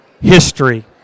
history